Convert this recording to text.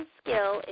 skill